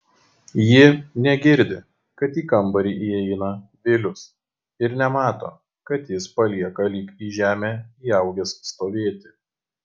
ji negirdi kad į kambarį įeina vilius ir nemato kad jis palieka lyg į žemę įaugęs stovėti